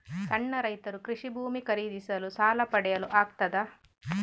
ಸಣ್ಣ ರೈತರು ಕೃಷಿ ಭೂಮಿ ಖರೀದಿಸಲು ಸಾಲ ಪಡೆಯಲು ಆಗ್ತದ?